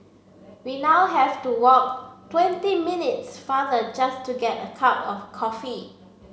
we now have to walk twenty minutes farther just to get a cup of coffee